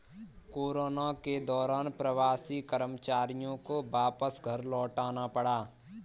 corona के दौरान प्रवासी कर्मचारियों को वापस घर लौटना पड़ा